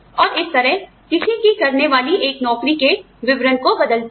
और इस तरह किसी की करने वाली एक नौकरी के विवरण को बदलती है